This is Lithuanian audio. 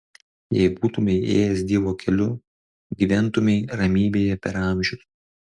jei būtumei ėjęs dievo keliu gyventumei ramybėje per amžius